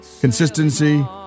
consistency